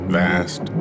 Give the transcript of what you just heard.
vast